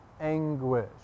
anguish